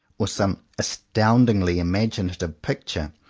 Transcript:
or some astoundingly imaginative picture,